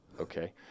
okay